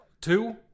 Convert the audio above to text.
Two